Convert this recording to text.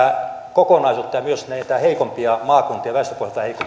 tätä kokonaisuutta ja myös näitä väestöpohjaltaan heikompia maakuntia